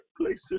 places